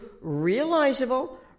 realizable